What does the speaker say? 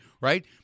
right